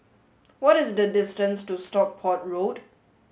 what is the distance to Stockport Road